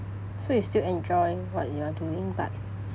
so you still enjoy what you are doing but